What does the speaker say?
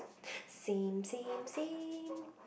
same same same